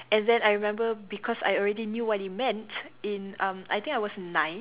and then I remember because I already knew what it meant in um I think I was nine